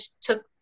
took